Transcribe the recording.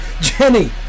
Jenny